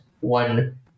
one